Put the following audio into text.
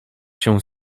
się